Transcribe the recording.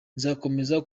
nzakomeza